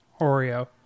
Oreo